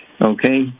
Okay